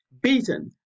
beaten